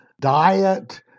diet